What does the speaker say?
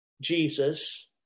Jesus